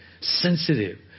Sensitive